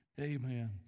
Amen